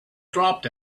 dropped